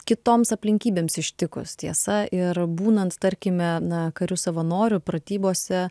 kitoms aplinkybėms ištikus tiesa ir būnant tarkime na kariu savanoriu pratybose